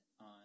on